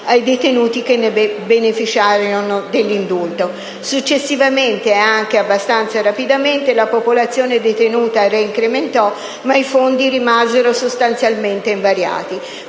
ai detenuti che beneficiarono dell'indulto. Successivamente, ed anche abbastanza rapidamente, la popolazione detenuta registrò un nuovo incremento ma i fondi rimasero sostanzialmente invariati.